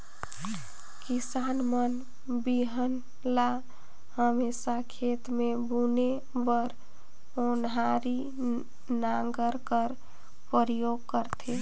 किसान मन बीहन ल हमेसा खेत मे बुने बर ओन्हारी नांगर कर परियोग करथे